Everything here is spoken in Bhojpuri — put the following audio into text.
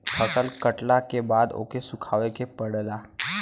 फसल कटला के बाद ओके सुखावे के पड़ेला